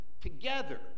together